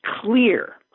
clear